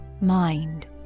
mind